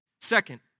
Second